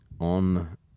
On